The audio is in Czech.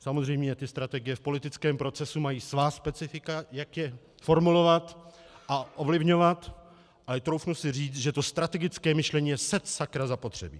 Samozřejmě strategie v politickém procesu mají svá specifika, jak je formulovat a ovlivňovat, ale troufnu si říct, že strategické myšlení je setsakra zapotřebí.